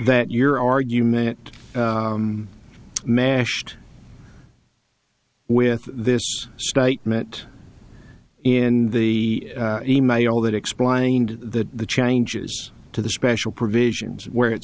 that your argument mashed with this statement in the email that explained that the changes to the special provisions where it